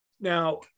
Now